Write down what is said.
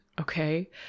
Okay